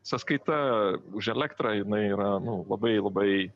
sąskaita už elektrą jinai yra nu labai labai